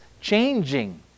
changing